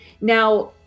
Now